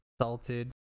Salted